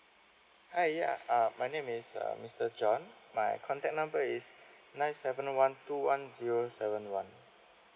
hi ya uh my name is uh mister john my contact number is nine seven one two one zero seven one